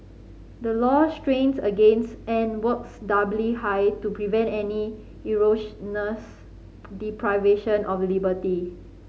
the law strains against and works doubly hard to prevent any erroneous deprivation of liberty